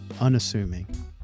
unassuming